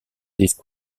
disc